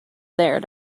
there